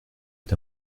est